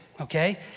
okay